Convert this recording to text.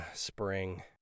spring